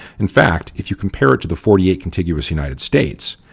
in fact, if you compare it to the forty eight contiguous united states,